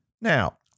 Now